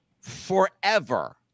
forever